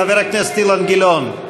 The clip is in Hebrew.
חבר הכנסת אילן גילאון?